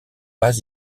pas